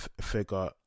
figure